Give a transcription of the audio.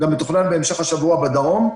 גם מתוכנן בהמשך השבוע בדרום,